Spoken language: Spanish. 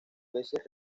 veces